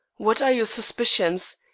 what are your suspicions?